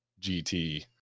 gt